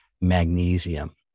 magnesium